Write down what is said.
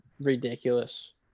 ridiculous